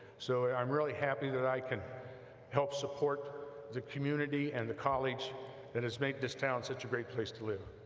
so i am really happy that i can help support the community and the college that has made this town such a great place to live